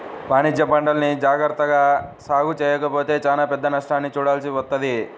వాణిజ్యపంటల్ని జాగర్తగా సాగు చెయ్యకపోతే చానా పెద్ద నష్టాన్ని చూడాల్సి వత్తది